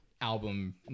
album